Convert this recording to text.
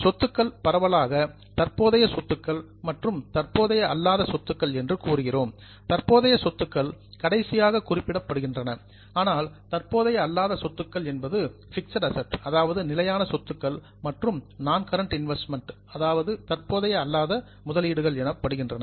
எனவே சொத்துக்களை பரவலாக தற்போதைய சொத்துக்கள் மற்றும் தற்போதைய அல்லாத சொத்துக்கள் என்று கூறுகிறோம் தற்போதைய சொத்துக்கள் கடைசியாக குறிப்பிடப்படுகின்றன ஆனால் தற்போதைய அல்லாத சொத்துக்கள் என்பது பிக்ஸட் ஆசெட்ஸ் நிலையான சொத்துக்கள் மற்றும் நான் கரன்ட் இன்வெஸ்ட்மெண்ட்ஸ் தற்போதைய அல்லாத முதலீடுகள் எனப்படுகின்றன